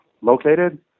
located